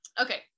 Okay